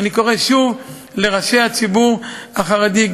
אני קורא שוב לראשי הציבור החרדי,